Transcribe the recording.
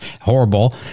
horrible